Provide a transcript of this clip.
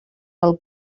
del